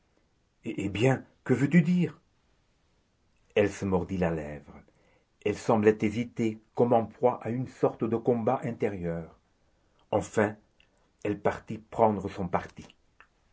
eh bien que veux-tu dire elle se mordit la lèvre elle semblait hésiter comme en proie à une sorte de combat intérieur enfin elle partit prendre son parti